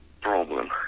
problem